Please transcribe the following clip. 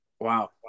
Wow